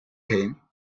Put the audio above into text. him